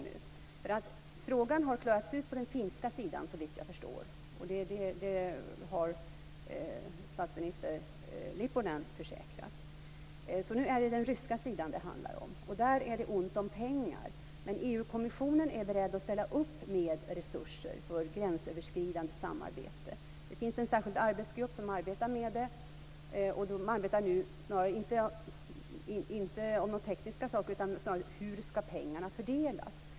Såvitt jag förstår har frågan klarats ut på den finska sidan, det har statsminister Lipponen försäkrat. Nu är det den ryska sidan som det handlar om. Men där är det ont om pengar. EU-kommissionen är beredd att ställa upp med resurser för gränsöverskridande samarbete. Det finns en särskild arbetsgrupp som arbetar, inte med tekniska frågor utan snarare med frågan hur pengarna skall fördelas.